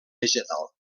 vegetal